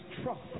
trust